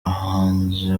abahanzi